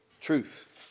truth